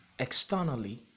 externally